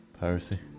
piracy